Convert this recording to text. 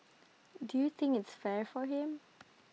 do you think its fair for him